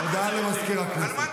הודעה למזכיר הכנסת.